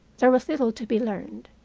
there was little to be learned.